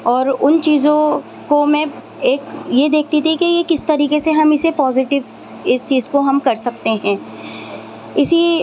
اور ان چیزوں کو میں ایک یہ دیکھتی تھی کہ یہ کس طریقے سے ہم اسے پوزٹیو اس چیز کو ہم کر سکتے ہیں اسی